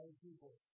people